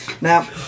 Now